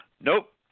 Nope